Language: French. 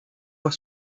voie